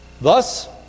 Thus